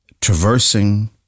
Traversing